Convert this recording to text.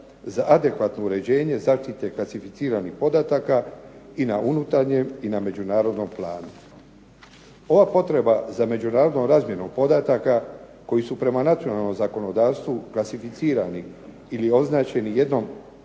za adekvatno uređenje zaštite klasificiranih podataka i na unutarnjem i na međunarodnom planu. Ova potreba za međunarodnom razmjenom podataka koju su prema nacionalnom zakonodavstvu klasificirani ili označeni jednom